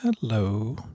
Hello